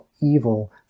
evil